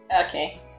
Okay